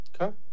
Okay